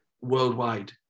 worldwide